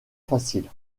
facile